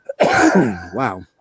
Wow